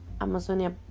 Amazonia